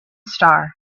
star